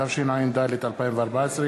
התשע"ד 2014,